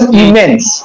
immense